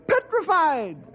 petrified